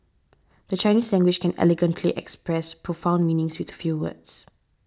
the Chinese language can elegantly express profound meanings with few words